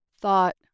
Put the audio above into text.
thought